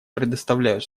предоставляю